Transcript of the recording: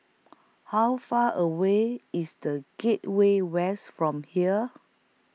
How Far away IS The Gateway West from here